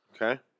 Okay